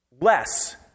less